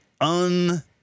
Un